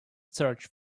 search